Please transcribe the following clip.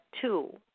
two